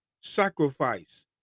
sacrifice